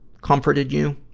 comforted you,